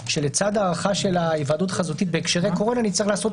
שלצד ההארכה של ההיוועדות החזותית בהקשרי קורונה נצטרך לעשות